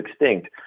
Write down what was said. extinct